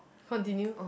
continue